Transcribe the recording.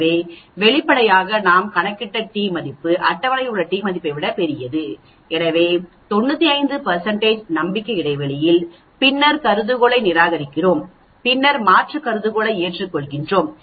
எனவே வெளிப்படையாக நாம் கணக்கிடும் t மதிப்பு அட்டவணை t ஐ விட மிகப் பெரியது எனவே 95 நம்பிக்கை இடைவெளியில் பின்னர் கருதுகோளை நிராகரிக்கிறோம் பின்னர் மாற்று கருதுகோளை ஏற்றுக்கொள்கிறோம்